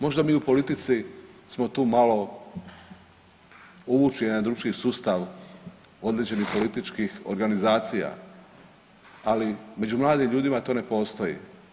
Možda mi u politici smo tu malo uvučeni u jedan drugačiji sustav određenih političkih organizacija, ali među mladim ljudima to ne postoji.